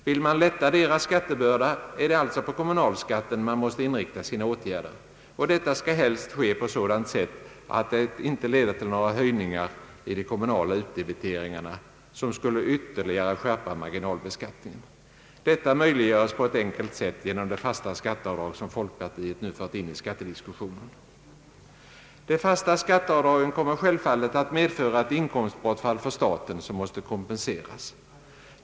Vill man lätta deras skattebörda är det alltså på kommunalskatten man måste inrikta sina åtgärder, och detta skall helst ske på sådant sätt att det inte leder till några höjningar i de kommunala utdebiteringarna, som skulle ytterligare skärpa marginalbeskattningen. Detta möjliggöres på ett enkelt sätt genom det fasta skatteavdrag som folkpartiet nu fört in i skattediskussionen. De fasta skatteavdragen kommer självfallet att leda till ett inkomstbortfall för staten, som måste kompenseras.